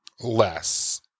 less